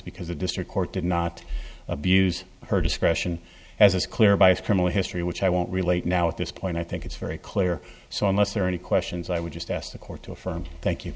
because the district court did not abuse her discretion as it's clear by its criminal history which i won't relate now at this point i think it's very clear so unless there are any questions i would just ask the court to affirm thank you